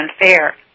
unfair